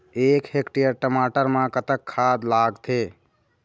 एक हेक्टेयर टमाटर म कतक खाद लागथे?